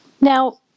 Now